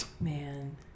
Man